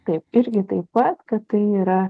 taip irgi taip pat kad tai yra